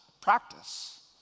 practice